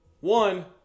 One